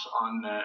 on –